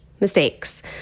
mistakes